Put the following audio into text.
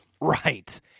Right